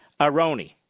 Aroni